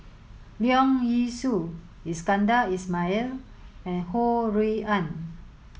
Leong Yee Soo Iskandar Ismail and Ho Rui An